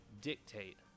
dictate